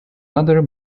other